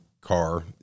car